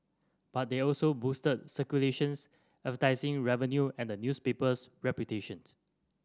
but they also boosted circulations advertising revenue and the newspaper's reputation